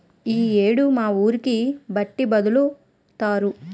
ఈ యేడు మా ఊరికి బట్టి ఒదులుతారు